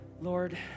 Lord